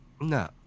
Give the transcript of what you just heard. No